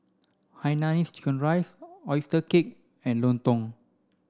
Hainanese chicken rice oyster cake and Lontong